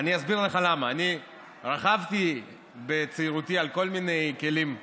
ואני אסביר לך למה: אני רכבתי בצעירותי על כל מיני כלים דו-גלגליים,